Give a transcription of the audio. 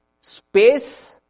space